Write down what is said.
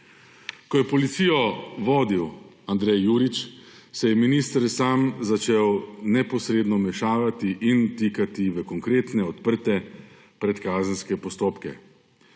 Ko je Policijo vodil Andrej Jurič, se je minister sam začel neposredno vmešavati in vtikati v konkretne odprte predkazenske postopke.